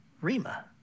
Rima